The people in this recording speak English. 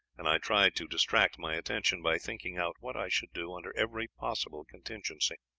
and i tried to distract my attention by thinking out what i should do under every possible contingency.